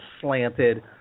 slanted